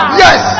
yes